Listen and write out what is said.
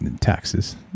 taxes